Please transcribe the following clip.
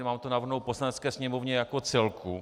Mám to navrhnout Poslanecké sněmovně jako celku.